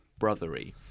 brothery